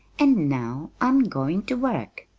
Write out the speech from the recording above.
and now i'm going to work.